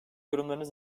yorumlarınız